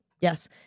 yes